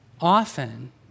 Often